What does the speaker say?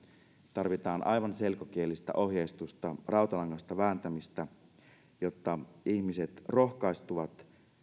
tarvitaan aivan selkokielistä ohjeistusta rautalangasta vääntämistä jotta ihmiset rohkaistuvat